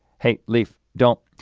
hey, leaf, don't,